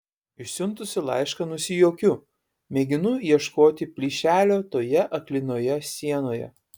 išsiuntusi laišką nusijuokiu mėginu ieškoti plyšelio toje aklinoje sienoje